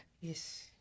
Yes